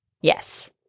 Yes